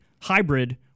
hybrid